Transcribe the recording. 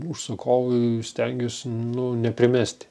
užsakovui stengiuosi nu neprimesti